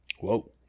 Whoa